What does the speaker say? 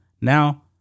Now